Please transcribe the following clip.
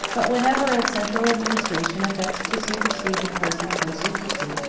but whenever a central administration affects to supersede the persons most interested,